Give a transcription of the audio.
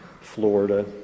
Florida